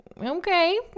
okay